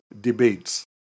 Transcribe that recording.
Debates